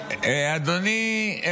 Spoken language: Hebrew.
אצלי.